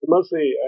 Mostly